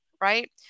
right